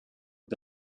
het